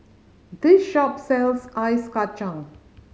this shop sells ice kacang